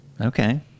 Okay